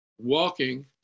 walking